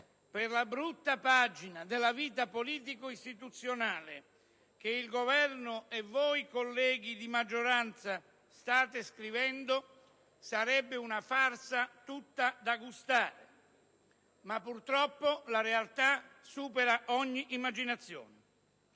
per la brutta pagina della vita politico-istituzionale che il Governo e voi colleghi di maggioranza state scrivendo, sarebbe una farsa tutta da gustare. Purtroppo, però, la realtà supera ogni immaginazione.